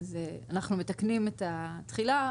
אנחנו מתקנים את התחילה,